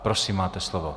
Prosím, máte slovo.